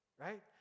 right